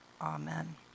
Amen